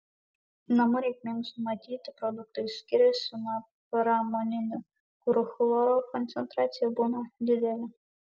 namų reikmėms numatyti produktai skiriasi nuo pramoninių kur chloro koncentracija būna didelė